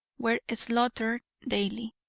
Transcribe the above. were slaughtered daily.